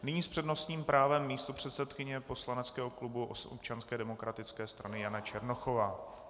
Nyní s přednostním právem místopředsedkyně poslaneckého klubu Občanské demokratické strany Jana Černochová.